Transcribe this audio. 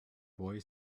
boy